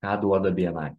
ką duoda bni